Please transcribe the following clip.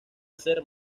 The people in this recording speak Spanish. hacer